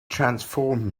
transform